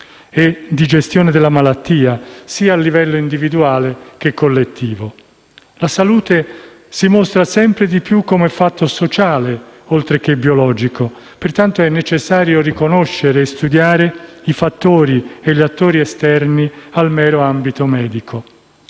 e di gestione della malattia, a livello individuale e collettivo. La salute si mostra sempre di più come fatto sociale, oltre che biologico. Pertanto, è necessario riconoscere e studiare i fattori e gli attori esterni al mero ambito medico.